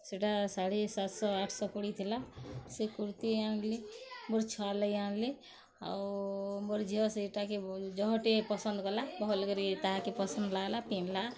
ସେଟା ସାଢ଼େ ସାତଶହ ଆଠଶହ ପଡ଼ିଥିଲା ସେ କୁର୍ତ୍ତୀ ଆନ୍ଲି ମୋର୍ ଛୁଆ ଲାଗି ଆନ୍ଲି ଆଉ ମୋର୍ ଝିଅ ସେଟାକେ ବହୁତ୍ ଜହ ଟିକେ ପସନ୍ଦ କଲା ଭଲ୍ କରି ତାହାକେ ପସନ୍ଦ ଲାଗ୍ଲା ପିନ୍ଧ୍ଲା